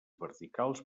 verticals